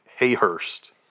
Hayhurst